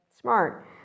smart